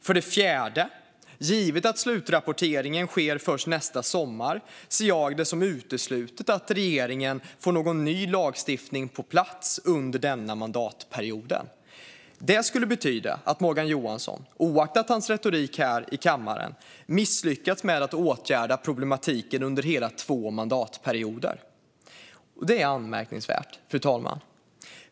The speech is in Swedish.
För det fjärde: Givet att slutrapporteringen sker först nästa sommar ser jag det som uteslutet att regeringen får någon ny lagstiftning på plats under denna mandatperiod. Det skulle betyda att Morgan Johansson, oavsett sin retorik här i kammaren, misslyckats med att åtgärda problematiken under hela två mandatperioder. Det är anmärkningsvärt, fru talman.